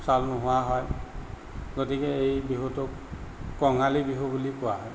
চাউল নোহোৱা হয় গতিকে এই বিহুটোক কঙালী বিহু বুলি কোৱা হয়